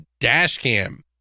Dashcam